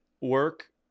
work